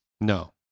No